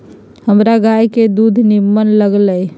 हमरा गाय के दूध निम्मन लगइय